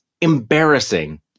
embarrassing